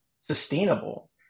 sustainable